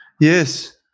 Yes